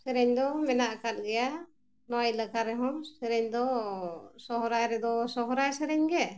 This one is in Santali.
ᱥᱮᱨᱮᱧ ᱫᱚ ᱢᱮᱱᱟᱜ ᱟᱠᱟᱫ ᱜᱮᱭᱟ ᱱᱚᱣᱟ ᱮᱞᱟᱠᱟ ᱨᱮᱦᱚᱸ ᱥᱮᱨᱮᱧ ᱫᱚ ᱥᱚᱦᱚᱨᱟᱭ ᱨᱮᱫᱚ ᱥᱚᱦᱚᱨᱟᱭ ᱥᱮᱨᱮᱧ ᱜᱮ